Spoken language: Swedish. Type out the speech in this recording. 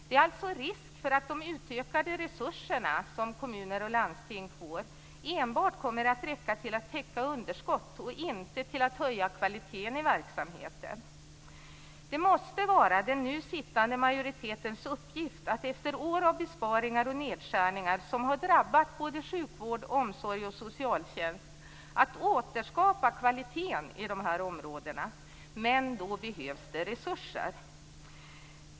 Det är risk att de utökade resurser som kommuner och landsting får enbart kommer att räcka till att täcka underskott och inte till att höja kvaliteten i verksamheten. Det måste vara den nu sittande majoritetens uppgift att efter år av besparingar och nedskärningar som drabbat både sjukvård, omsorg och socialtjänst återskapa kvalitet inom dessa områden. Men då behövs det resurser.